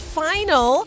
final